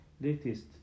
latest